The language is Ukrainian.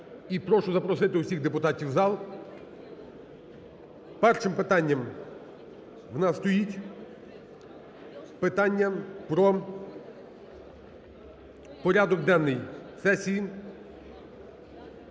питання про порядок денний сесії.